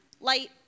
light